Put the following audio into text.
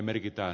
kannatan